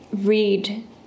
read